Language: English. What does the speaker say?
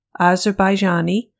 Azerbaijani